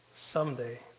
Someday